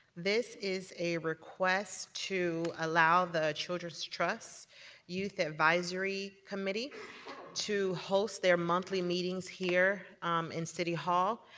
this is a request to allow the children's trust youth advisory committee to host their monthly meetings here in city hall.